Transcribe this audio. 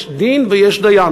יש דין ויש דיין,